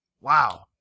Wow